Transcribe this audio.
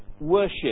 worship